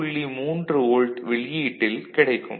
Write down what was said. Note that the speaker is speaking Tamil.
3 வோல்ட் வெளியீட்டில் கிடைக்கும்